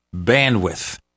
bandwidth